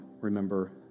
remember